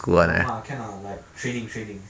好 mah can lah like training training